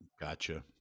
Gotcha